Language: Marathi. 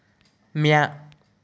म्या